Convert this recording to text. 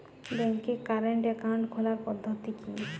ব্যাংকে current account খোলার পদ্ধতি কি?